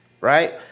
Right